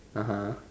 (uh huh)